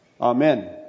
Amen